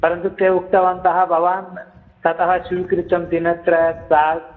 परन्तु ते उक्तवन्तः भवान् ततः स्वीकृतं दिनत्रयात् प्राग्